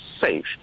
safe